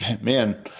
Man